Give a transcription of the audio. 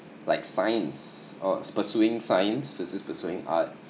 like science or pursuing science versus pursuing arts